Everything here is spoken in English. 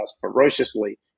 ferociously